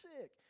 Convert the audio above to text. sick